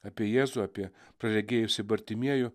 apie jėzų apie praregėjusį bartimiejų